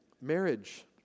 Marriage